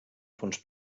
fons